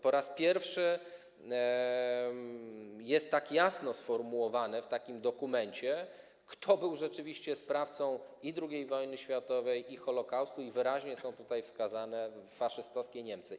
Po raz pierwszy jest tak jasno sformułowane w takim dokumencie, kto był rzeczywiście sprawcą i II wojny światowej, i Holokaustu, i wyraźnie są tutaj wskazane faszystowskie Niemcy.